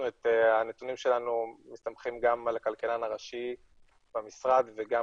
הנתונים שלנו מסתמכים גם על הכלכלן הראשי במשרד וגם